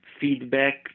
feedback